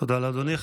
תודה לאדוני.